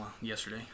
yesterday